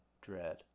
dread